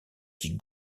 qui